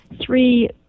three